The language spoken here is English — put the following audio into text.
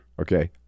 okay